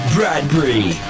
Bradbury